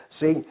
See